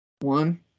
One